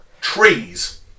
Trees